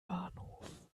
bahnhof